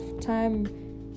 Time